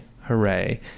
hooray